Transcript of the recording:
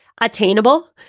attainable